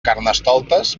carnestoltes